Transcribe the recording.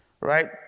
right